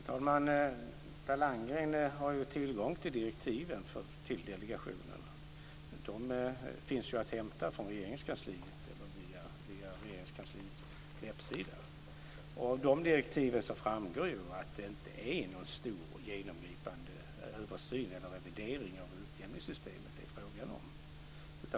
Fru talman! Per Landgren har tillgång till direktiven till delegationen. De finns att hämta från Regeringskansliet eller via Regeringskansliet webbsida. Av de direktiven framgår det att det inte är fråga om någon stor genomgripande översyn eller revidering av utjämningssystemet.